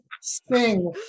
sing